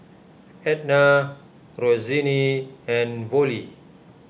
Etna Roseanne and Vollie